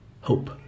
Hope